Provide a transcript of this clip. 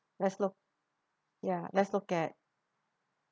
let's look ya let's look at